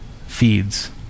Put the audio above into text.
feeds